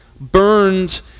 Burned